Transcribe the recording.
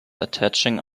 attaching